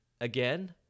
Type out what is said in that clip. Again